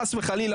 חס וחלילה,